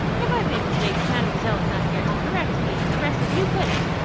if i've made mistakes, mademoiselle is not here to correct me, and the rest of you couldn't.